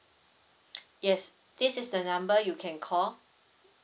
yes this is the number you can call